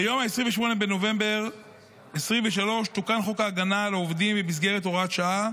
ביום 28 בנובמבר 2023 תוקן חוק ההגנה על העובדים במסגרת הוראת שעה